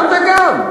גם וגם.